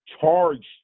charged